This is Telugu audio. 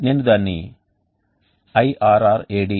నేను దానిని irrad